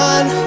One